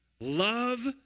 love